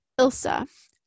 Ilsa